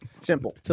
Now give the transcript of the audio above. simple